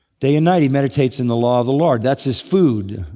day and night he meditates in the law of the lord, that's his food.